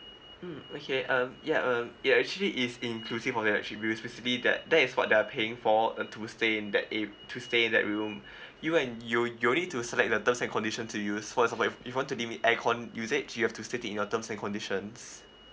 mm okay um ya um it actually is inclusive of your H_D_B that that is for the paying for err to stay in that a to stay in that room you and you you only to select the terms and condition to use for example if you want to limit aircon usage you have to state it in your terms and conditions